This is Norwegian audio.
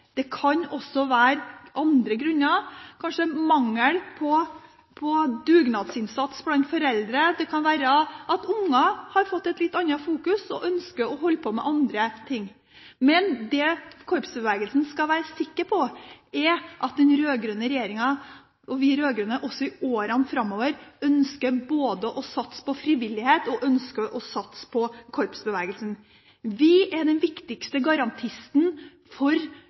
Det kan også være andre grunner. Kanskje er det mangel på dugnadsinnsats blant foreldre, eller det kan være at unger har fått et litt annet fokus og ønsker å holde på med andre ting. Men det korpsbevegelsen skal være sikker på, er at vi rød-grønne også i årene framover ønsker å satse både på frivillighet og på korpsbevegelsen. Vi er den viktigste garantisten for